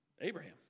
Abraham